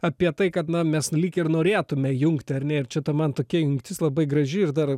apie tai kad na mes lyg ir norėtume jungti ar ne ir čia ta man tokia jungtis labai graži ir dar